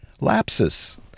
Lapses